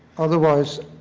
otherwise,